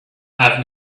have